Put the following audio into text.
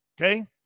okay